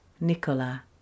Nicola